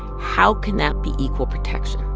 how can that be equal protection?